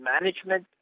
management